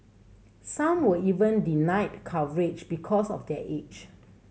some were even denied coverage because of their age